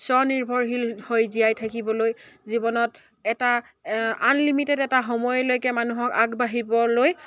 স্বনিৰ্ভৰশীল হৈ জীয়াই থাকিবলৈ জীৱনত এটা আনলিমিটেড এটা সময়লৈকে মানুহক আগবাঢ়িবলৈ